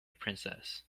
princess